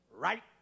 Right